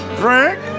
drink